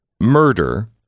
murder